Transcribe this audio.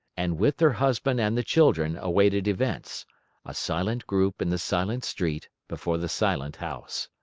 and with her husband and the children awaited events a silent group in the silent street before the silent house.